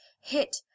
hit